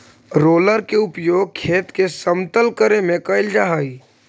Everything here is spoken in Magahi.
रोलर के उपयोग खेत के समतल करे में कैल जा हई